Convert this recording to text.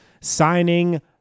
Signing